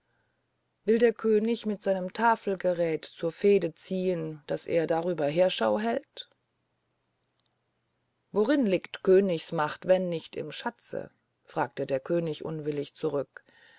will der könig mit seinem tafelgerät zu felde ziehen daß er darüber heerschau hält worin liegt königsmacht wenn nicht im schatze fragte der könig unwillig zurück